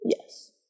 Yes